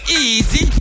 easy